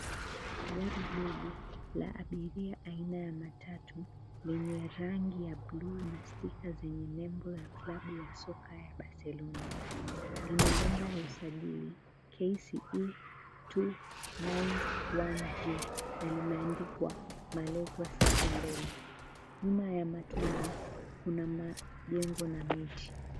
Gari dogo la abiria aina ya matatu lenye rangi ya blue na stika zenye nembo ya klabu ya soka ya Barcelona. Lina namba ya usajili KCE 291G na limeandikwa, Malevo Sacco mbele. Nyuma ya matwana kuna majengo na beti.